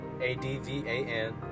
A-D-V-A-N